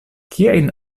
kiajn